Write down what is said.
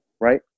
Right